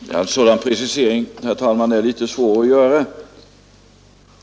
Herr talman! En sådan precisering är svår att göra.